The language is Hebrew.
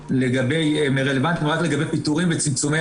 ההשוואה רלוונטיים רק לגבי פיטורים וצמצומי